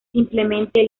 simplemente